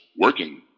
working